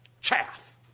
chaff